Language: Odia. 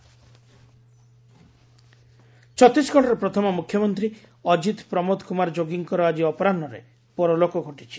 ଯୋଗୀ ପାସେସ୍ ଆୱେ ଛତିଶଗଡ଼ର ପ୍ରଥମ ମୁଖ୍ୟମନ୍ତ୍ରୀ ଅଜିତ ପ୍ରମୋଦ କୁମାର ଯୋଗୀଙ୍କର ଆଳି ଅପରାହ୍ରରେ ପରଲୋକ ଘଟିଛି